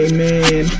Amen